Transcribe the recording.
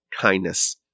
kindness